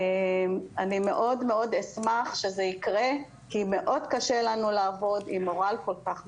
אני מאוד מאוד אשמח שזה יקרה כי מאוד קשה לנו לעבוד עם מורל כל כך נמוך.